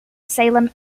salem